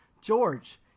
George